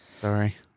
sorry